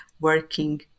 working